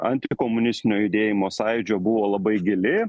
ne antikomunistinio judėjimo sąjūdžio buvo labai gili